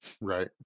Right